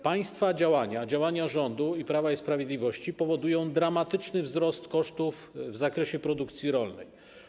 Państwa działania, działania rządu Prawa i Sprawiedliwości powodują dramatyczny wzrost kosztów w zakresie produkcji rolnej.